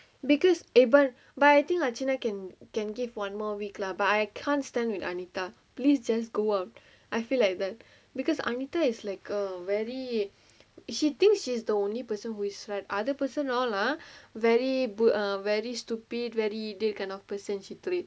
because able but I think like can can give one more week lah but I can't stand with anita please just go up I feel like that because meter is like a valley she thinks she's the only person who is like other person all lah very or very stupid very they kind of person she it